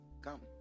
Come